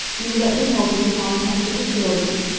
you will let me help you to find comfortable quarters?